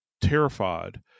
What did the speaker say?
terrified